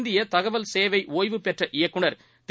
இந்தியதகவல் சேவைஒய்வு பெற்ற இயக்குநர் திரு